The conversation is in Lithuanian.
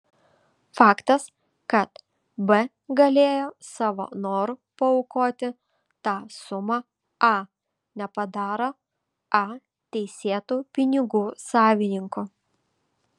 faktas kad b galėjo savo noru paaukoti tą sumą a nepadaro a teisėtu pinigų savininku